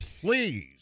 please